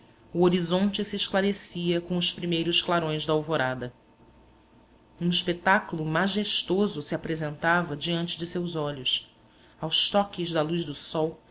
o horizonte se esclarecia com os primeiros clarões da alvorada um espetáculo majestoso se apresentava diante de seus olhos aos toques da luz do sol